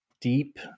deep